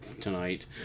tonight